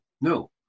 no